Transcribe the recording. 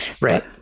Right